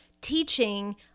teaching